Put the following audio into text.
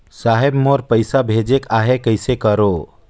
साहेब मोर पइसा भेजेक आहे, कइसे करो?